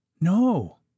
No